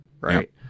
Right